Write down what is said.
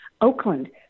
Oakland